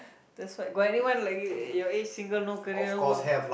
that's why got anyone like you your your age single no career no work